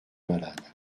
malade